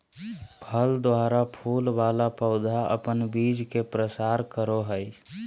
फल द्वारा फूल वाला पौधा अपन बीज के प्रसार करो हय